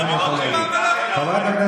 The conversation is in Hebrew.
אתה פה מספיק ותיק.